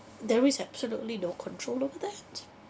there is absolutely no control over that